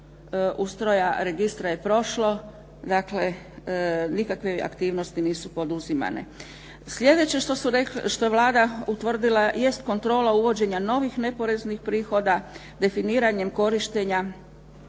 ustroja registra je prošlo. Dakle, nikakve aktivnosti nisu poduzimane. Sljedeće što je Vlada utvrdila, jest kontrola uvođenja novih neporeznih prihoda, definiranjem korištenja